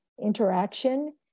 interaction